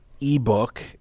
ebook